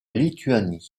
lituanie